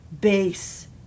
base